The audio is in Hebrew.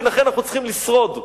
ולכן אנחנו צריכים לשרוד.